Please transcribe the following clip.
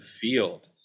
field